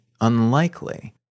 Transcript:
unlikely